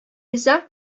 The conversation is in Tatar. риза